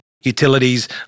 utilities